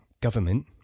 government